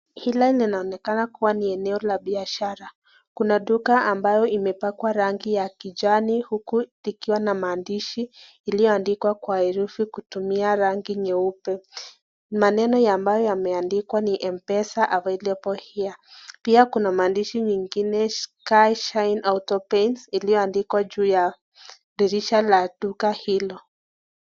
Hili linaonekana kuwa ni eneo la biashara. Kuna duka ambayo imepakwa rangi ya kijani huku likiwa na maandishi iliyoandikwa kwa herufi kutumia rangi nyeupe. Maneno ambayo yameandikwa ni M-Pesa available here . Pia kuna maandishi mengine "Kai Shine Autopaints" iliyoandikwa juu ya dirisha la duka hilo.